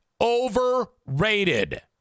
Overrated